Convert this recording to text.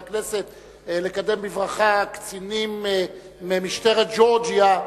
הכנסת לקדם בברכה קצינים ממשטרת ג'ורג'יה,